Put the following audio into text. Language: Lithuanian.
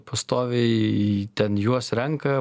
pastoviai ten juos renka